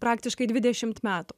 praktiškai dvidešimt metų